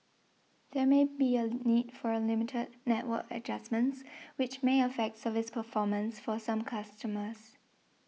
there may be a need for limited network adjustments which may affect service performance for some customers